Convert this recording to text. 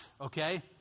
okay